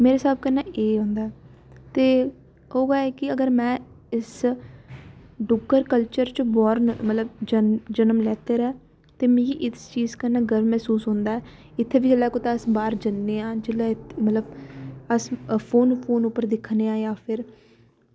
मेरे स्हाब कन्नै एह् होंदा ऐ ते ओह् ऐ कि में इस डुग्गर कल्चर च बर्न मतलब जनम जनम लैते दा ते मिगी इस चीज कन्नै गर्व महसूस होंदा ऐ जित्थै बी जेल्लै कुतै अस बाह्र जन्ने आं जिसले मतलब अस फोन पर दिक्खने आं जां फिर